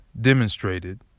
demonstrated